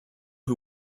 who